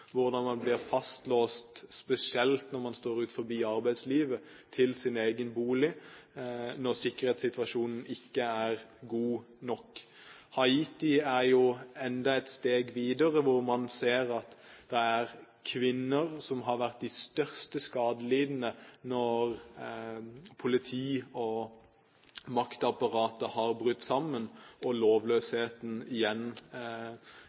hvordan selvmordsbomber rammer blindt, hvordan man blir fastlåst, spesielt når man står utenfor arbeidslivet, til sin egen bolig når sikkerhetssituasjonen ikke er god nok. Haiti er enda et steg videre, hvor man ser at det er kvinner som blir mest skadelidende når politiet og maktapparatet har brutt sammen og lovløsheten igjen